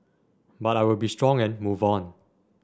but I will be strong and move on